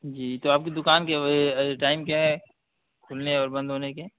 جی تو آپ کی دکان کی ٹائم کیا ہے کھلنے اور بند ہونے کے